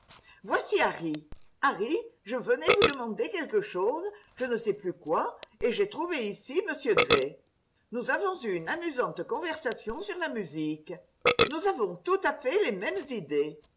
voici harry harry je venais vous demander quelque chose je ne sais plus quoi et j'ai trouvé ici m gray nous avons eu une amusante conversation sur la musique nous avons tout à fait les mêmes idées